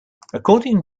according